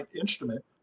instrument